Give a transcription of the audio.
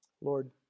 Lord